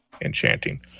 enchanting